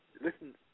listen